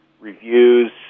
reviews